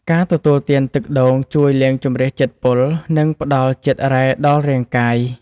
ការទទួលទានទឹកដូងជួយលាងជម្រះជាតិពុល និងផ្តល់ជាតិរ៉ែដល់រាងកាយ។